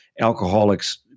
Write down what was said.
alcoholics